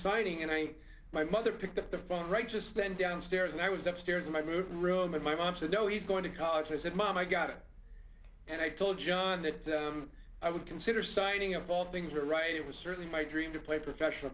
signing and i my mother picked up the phone right to spend downstairs and i was upstairs and i moved room and my mom said oh he's going to college i said mom i got it and i told john that i would consider signing of all things are right it was certainly my dream to play professional